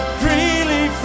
freely